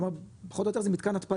כלומר פחות או יותר זה מתקן התפלה,